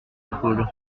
épaule